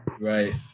Right